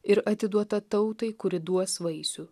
ir atiduota tautai kuri duos vaisių